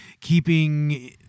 keeping